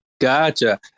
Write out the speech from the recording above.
Gotcha